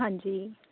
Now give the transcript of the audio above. ਹਾਂਜੀ